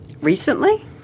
Recently